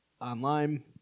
online